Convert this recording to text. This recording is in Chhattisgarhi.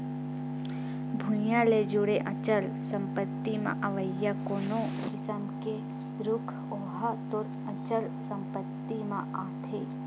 भुइँया ले जुड़े अचल संपत्ति म अवइया कोनो किसम के रूख ओहा तोर अचल संपत्ति म आथे